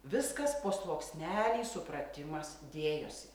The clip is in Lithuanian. viskas po sluoksnelį supratimas dėjosi